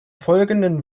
folgenden